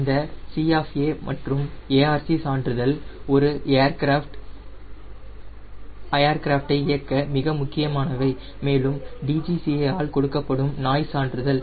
இந்த C of A மற்றும் ARC சான்றிதழ் ஒருஒரு ஏர்கிராஃப்ட் இயக்க மிக முக்கியமானவை மேலும் DGCA ஆல் கொடுக்கப்படும் நாய்ஸ் சான்றிதழ்